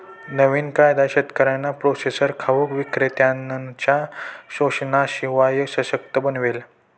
नवीन कायदा शेतकऱ्यांना प्रोसेसर घाऊक विक्रेत्त्यांनच्या शोषणाशिवाय सशक्त बनवेल